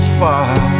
far